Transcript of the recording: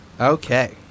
Okay